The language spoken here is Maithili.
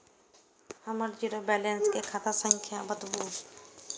हमर जीरो बैलेंस के खाता संख्या बतबु?